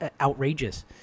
outrageous